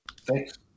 Thanks